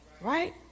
right